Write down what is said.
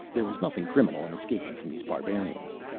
there is nothing criminal in escaping from these barbarians.